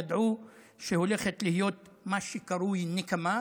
ידעו שהולך להיות מה שקרוי נקמה,